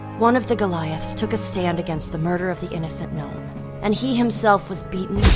one of the goliaths took a stand against the murder of the innocent gnome and he himself was beaten,